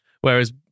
Whereas